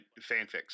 fanfics